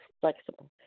flexible